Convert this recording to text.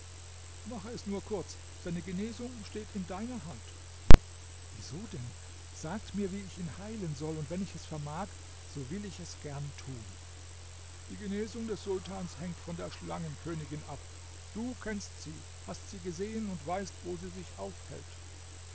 mache es nur kurz seine genesung steht in deiner hand wieso denn sagt mir wie ich ihn heilen soll und wenn ich es vermag so will ich es gern tun die genesung des sultans hängt von der schlangenkönigin ab du kennst sie hast sie gesehen und weißt wo sie sich aufhält